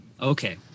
Okay